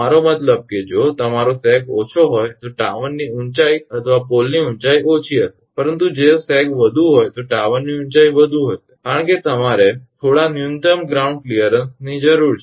મારો મતલબ કે જો તમારો સેગ ઓછો હોય તો ટાવરની ઊંચાઇ અથવા પોલની ઊંચાઇ ઓછી હશે પરંતુ જો સેગ વધુ હોય તો ટાવરની ઊંચાઇ વધુ હશે કારણ કે તમારે થોડા ન્યુનતમ ગ્રાઉન્ડ ક્લિયરન્સની જરૂર છે